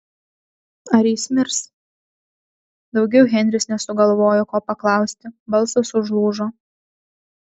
ar jis mirs daugiau henris nesugalvojo ko paklausti balsas užlūžo